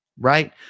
right